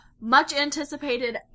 much-anticipated